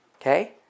Okay